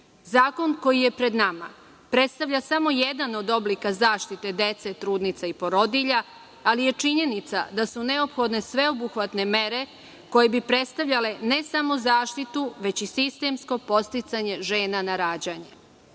koji je pred nama predstavlja samo jedan od oblika zaštite dece, trudnica i porodilja, ali je činjenica da su neophodne sveobuhvatne mere koje bi predstavljale ne samo zaštitu već i sistemsko podsticanje žena na rađanje. Srbija